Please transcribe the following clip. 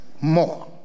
more